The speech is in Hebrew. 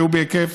שהיו בהיקף